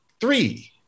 three